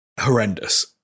horrendous